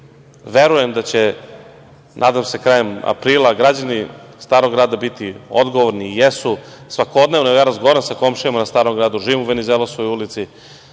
verujem da će, nadam se krajem aprila, građani Starog grada biti odgovorni i jesu. Svakodnevno razgovaram sa komšijama na Starom gradu. Živim u Venizelisovoj ulici.